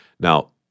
now